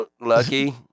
Lucky